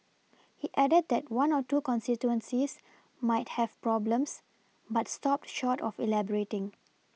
he added that one or two constituencies might have problems but stopped short of elaborating